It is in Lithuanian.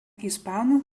ispanų